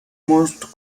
most